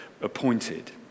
appointed